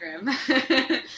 Instagram